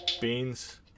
Beans